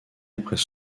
après